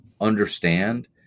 understand